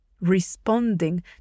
responding